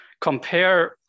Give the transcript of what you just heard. compare